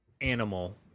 animal